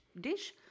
dish